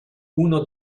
uno